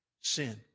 sin